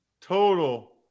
Total